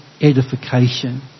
edification